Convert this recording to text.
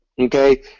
Okay